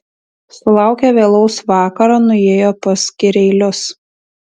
sulaukę vėlaus vakaro nuėjo pas kireilius